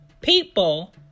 people